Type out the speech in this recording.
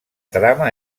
trama